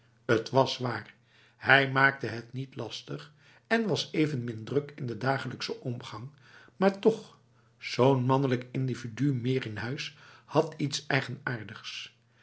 het was waar hij maakte het niet lastig en was evenmin druk in de dagelijkse omgang maar tochj zo'n mannelijk individu meer in huis had iets eigenaardigs